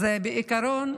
אז בעיקרון,